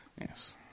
Yes